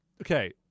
okay